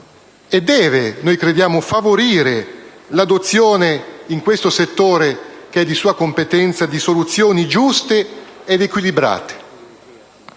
e deve favorire l'adozione nel settore che è di sua competenza di soluzioni giuste ed equilibrate.